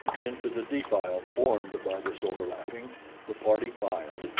into the defile formed by this overlapping the party filed.